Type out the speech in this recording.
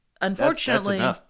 Unfortunately